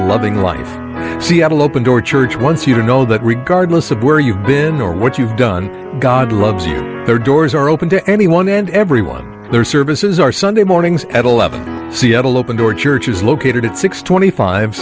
loving life will open door church once you know that regardless of where you've been or what you've done god loves you there doors are open to anyone and everyone their services are sunday mornings at eleven seattle open door church is located at six